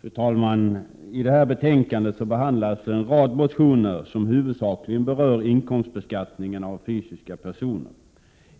Fru talman! I det här betänkandet behandlas en rad motioner som huvudsakligen berör inkomstbeskattningen av fysiska personer.